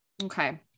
Okay